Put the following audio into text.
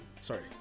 sorry